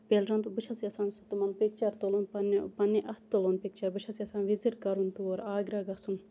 پِلرَن تہٕ بہٕ چھَس یَژھان سُہ تِمَن پِکچَر تُلُن پَننہِ پَننہِ اَتھِ تُلُن پِکچَر بہٕ چھَس یَژھان وِزِٹ کَرُن تور آگرا گَژھُن